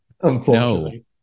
unfortunately